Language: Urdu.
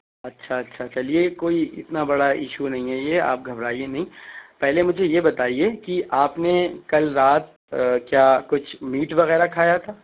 اچھا اچھا چلیے کوئی اتنا بڑا ایشو نہیں ہے یہ آپ گھبرائیے نہیں پہلے مجھے یہ بتائیے کہ آپ نے کل رات کیا کچھ میٹ وغیرہ کھایا تھا